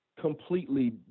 completely